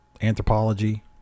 anthropology